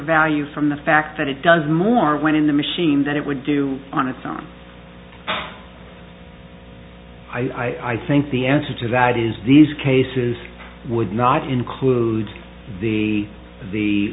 value from the fact that it does more when in the machine that it would do on its own i think the answer to that is these cases would not include the the